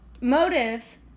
motive